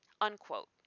unquote